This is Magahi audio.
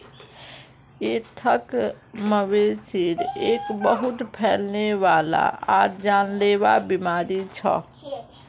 ऐंथ्राक्, मवेशिर एक बहुत फैलने वाला आर जानलेवा बीमारी छ